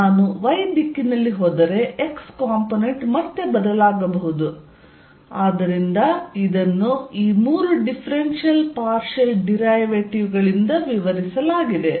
ನಾನು y ದಿಕ್ಕಿನಲ್ಲಿ ಹೋದರೆ x ಕಾಂಪೊನೆಂಟ್ ಮತ್ತೆ ಬದಲಾಗಬಹುದು ಆದ್ದರಿಂದ ಇದನ್ನು ಈ ಮೂರು ಡಿಫ್ರೆನ್ಷಿಯಲ್ ಪಾರ್ಷಿಯಲ್ ಡಿರೈವೇಟಿವ್ ಗಳಿಂದ ವಿವರಿಸಲಾಗಿದೆ